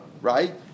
right